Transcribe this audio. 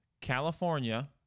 California